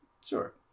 Sure